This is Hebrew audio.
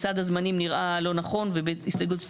אנחנו ניתן לך רבע שעה לנמק את כל ההסתייגויות,